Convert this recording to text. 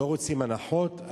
לא רוצים הנחות,